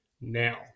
now